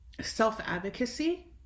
self-advocacy